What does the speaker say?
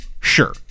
sure